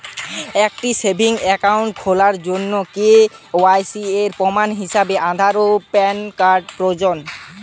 একটি savings account খোলার জন্য কে.ওয়াই.সি এর প্রমাণ হিসাবে আধার ও প্যান কার্ড প্রয়োজন